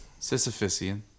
Sisyphean